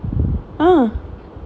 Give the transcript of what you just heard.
!huh! mmhmm